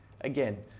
again